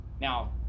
Now